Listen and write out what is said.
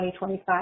2025